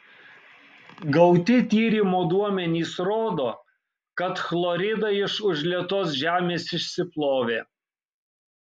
gauti tyrimo duomenys rodo kad chloridai iš užlietos žemės išsiplovė